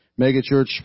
megachurch